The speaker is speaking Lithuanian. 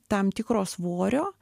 tam tikro svorio